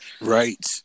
Right